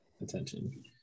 attention